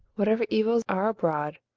whatever evils are abroad,